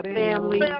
family